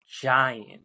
giant